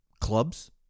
clubs